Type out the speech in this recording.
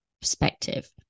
perspective